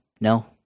No